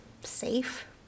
safe